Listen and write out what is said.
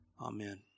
Amen